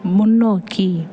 முன்னோக்கி